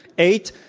eight,